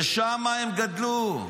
ושמה הם גדלו.